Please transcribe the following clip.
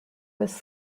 was